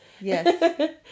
Yes